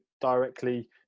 directly